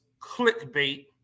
clickbait